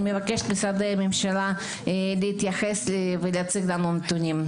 אני מבקשת ממשרדי הממשלה להתייחס ולהציג לנו נתונים.